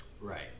Right